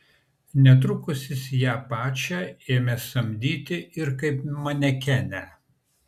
netrukus jis ją pačią ėmė samdyti ir kaip manekenę